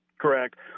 Correct